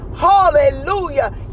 Hallelujah